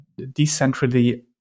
decentrally